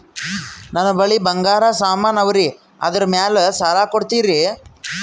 ನನ್ನ ಬಳಿ ಬಂಗಾರ ಸಾಮಾನ ಅವರಿ ಅದರ ಮ್ಯಾಲ ಸಾಲ ಕೊಡ್ತೀರಿ?